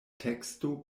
teksto